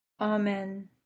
Amen